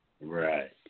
right